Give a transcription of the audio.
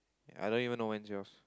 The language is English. ya I don't even know when's yours